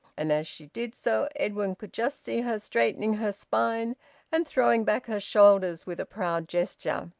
and as she did so, edwin could just see her straightening her spine and throwing back her shoulders with a proud gesture.